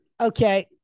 Okay